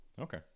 Okay